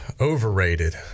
overrated